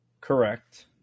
correct